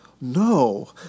No